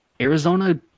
Arizona